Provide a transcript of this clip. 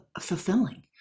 fulfilling